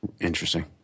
Interesting